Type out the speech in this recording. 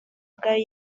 ubwayo